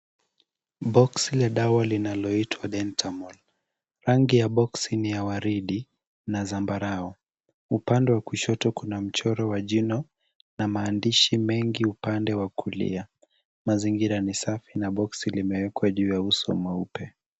Boksi la dawa linaloitwa Dentamol. Rangi ya boksi ni ya waridi na zambarau. Upande wa kushoto kuna mchoro wa jino na maandishi mengi upande wa kulia. Mazingira ni safi na boksi limewekwa juu ya uso mweupe.